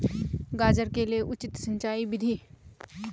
गाजर के लिए उचित सिंचाई विधि?